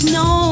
no